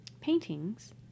paintings